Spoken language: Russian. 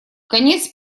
конец